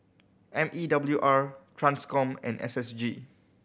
M E W R Transcom and S S G